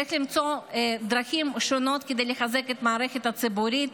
צריך למצוא דרכים שונות כדי לחזק את המערכת הציבורית,